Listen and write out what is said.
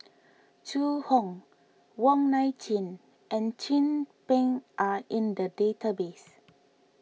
Zhu Hong Wong Nai Chin and Chin Peng are in the database